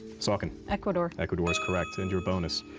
saucon. ecuador. ecuador is correct. and your bonus.